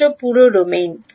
ছাত্র পুরো ডোমেইনে